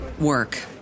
work